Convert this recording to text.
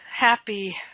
happy